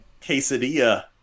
quesadilla